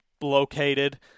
Located